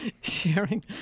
sharing